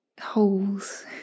holes